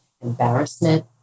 embarrassment